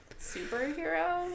superhero